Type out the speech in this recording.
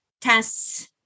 tests